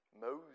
Moses